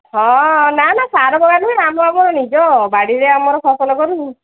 ହଁ ନା ନା ସାରପକା ନୁହେଁ ଆମେ ଆମର ନିଜ ବାଡ଼ିରେ ଆମର ଫସଲ କରୁଛୁ